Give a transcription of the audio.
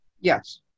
Yes